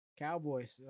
Cowboys